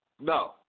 No